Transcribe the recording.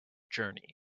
journey